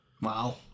Wow